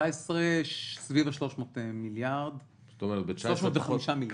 סביב ה-3305 מיליארד.